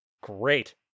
Great